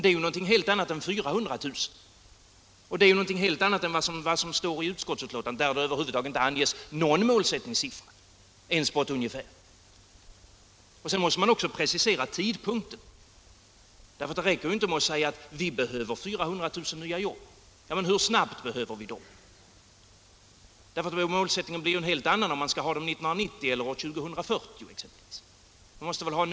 Detta är någonting helt annat än 400 000, och någonting helt annat än vad som står i utskottsbetänkandet, där det över huvud taget inte anges någon siffra. Vidare måste man precisera tidpunkten, för det räcker inte med att säga att vi behöver 400 000 nya jobb. Hur snart behöver vi dem? Målsättningen måste ju bli en helt annan, om arbetena skall finnas år 1990 eller t.ex. år 2040.